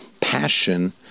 passion